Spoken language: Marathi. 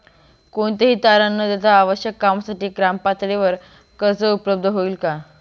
कोणतेही तारण न देता आवश्यक कामासाठी ग्रामपातळीवर कर्ज उपलब्ध होईल का?